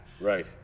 Right